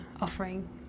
offering